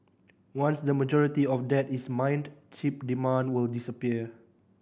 once the majority of that is mined chip demand will disappear